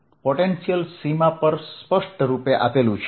potential સીમા પર સ્પષ્ટરૂપે આપેલ છે